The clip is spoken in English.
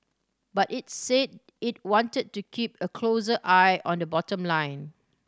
but it's said it wanted to keep a closer eye on the bottom line